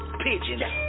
pigeons